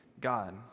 God